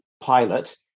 pilot